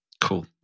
cool